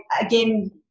again